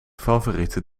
favoriete